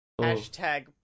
Hashtag